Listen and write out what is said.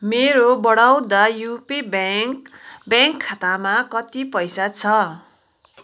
मेरो Baroda UP bank bank खातामा कति पैसा छ